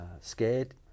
scared